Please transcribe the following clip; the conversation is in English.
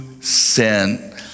sin